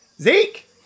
Zeke